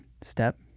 step